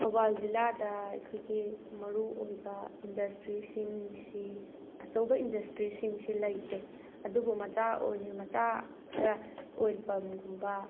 ꯊꯧꯕꯥꯜ ꯖꯤꯂꯥꯗ ꯑꯩꯈꯣꯏꯒꯤ ꯃꯔꯨꯑꯣꯏꯕ ꯏꯟꯗꯁꯇ꯭ꯔꯤꯁꯤꯡꯁꯤ ꯑꯆꯧꯕ ꯏꯟꯗꯁꯇ꯭ꯔꯤꯁꯤꯡꯁꯤ ꯂꯩꯇꯦ ꯑꯗꯨꯕꯨ ꯃꯆꯥ ꯑꯣꯏꯅ ꯃꯆꯥ ꯈꯔ ꯑꯣꯏꯜ ꯄꯝꯒꯨꯝꯕ